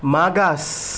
मागास